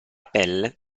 pelle